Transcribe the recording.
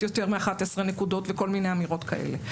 יותר מ-11 נקודות וכל מיני אמירות כאלה.